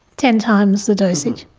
ten times the dosage?